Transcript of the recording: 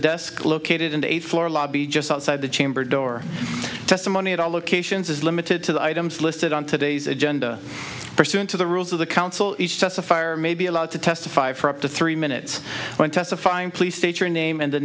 desk located in the eighth floor lobby just outside the chamber door testimony at all locations is limited to the items listed on today's agenda pursuant to the rules of the counsel each testify or may be allowed to testify for up to three minutes when testifying please state your name and the